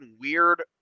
weird